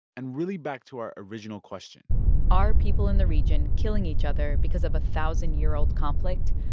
and, really, back to our original question are people in the region killing each other because of a thousand-year-old conflict?